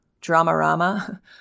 drama-rama